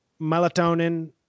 Melatonin